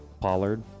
Pollard